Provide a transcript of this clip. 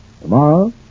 Tomorrow